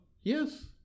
Yes